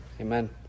Amen